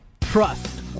trust